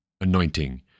anointing